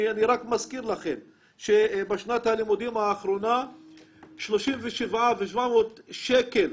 אני רק מזכיר לכם שבשנת הלימודים האחרונה 37,700 שקל